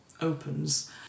opens